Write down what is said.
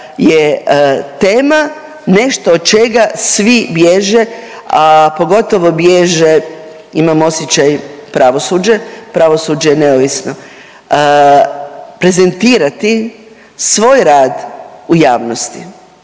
je tema nešto od čega svi bježe, a pogotovo bježe imam osjećaj pravosuđe, pravosuđe je neovisno prezentirati svoj rad u javnosti.